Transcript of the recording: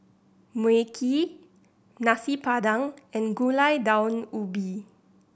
Mui Kee Nasi Padang and Gulai Daun Ubi